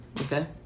okay